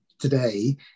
today